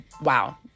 Wow